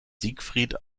siegfried